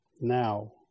Now